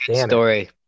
story